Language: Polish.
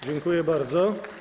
Dziękuję bardzo.